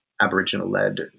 Aboriginal-led